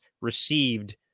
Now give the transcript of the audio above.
received